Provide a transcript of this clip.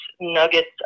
nuggets